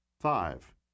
Five